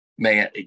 Man